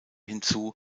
hinzu